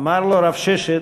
אמר לו רב ששת: